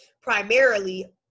primarily